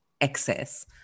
excess